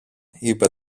είπε